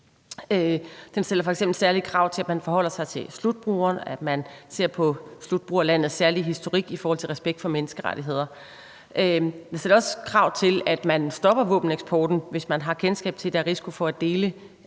Den stiller f.eks. særlige krav til, at man forholder sig til slutbrugeren, og at man ser på slutbrugerlandets særlige historik i forhold til respekten for menneskerettigheder. Den stiller også krav til, at man stopper våbeneksporten, hvis man har kendskab til, at der er risiko for, at de